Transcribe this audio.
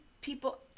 people